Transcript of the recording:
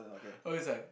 oh he's like